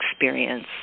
experience